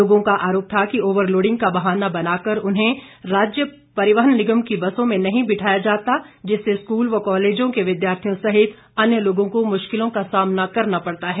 लोगों का आरोप था कि ओवरलोडिंग का बहाना बना कर उन्हें राज्य परिवहन निगम की बसों में नहीं बिठाया जाता जिससे स्कूल व कॉलेजों के विद्यार्थियों सहित अन्य लोगों को मुश्किलों का सामना करना पड़ता है